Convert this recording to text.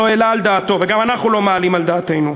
לא העלה על דעתו, וגם אנחנו לא מעלים על דעתנו.